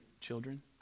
children